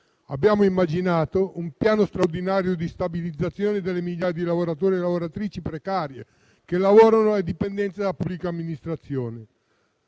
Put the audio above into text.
Abbiamo immaginato un piano straordinario di stabilizzazione delle migliaia di lavoratori e lavoratrici precari che lavorano alle dipendenze della pubblica amministrazione.